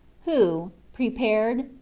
who, prepared,